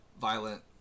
violent